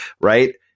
right